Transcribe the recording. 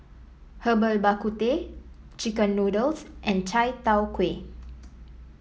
Herbal Bak Ku Teh chicken noodles and Chai Tow Kway